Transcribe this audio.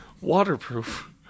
Waterproof